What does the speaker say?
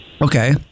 Okay